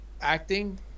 acting